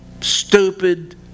stupid